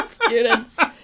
students